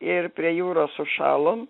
ir prie jūros sušalom